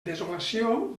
desolació